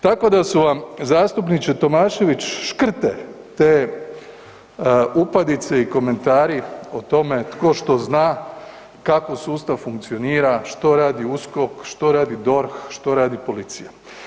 Tako da su vam zastupniče Tomašević škrte te upadice i komentari o tome tko što zna, kako sustav funkcionira, što radi USKOK, što radi DORH, što radi policija.